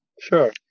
Sure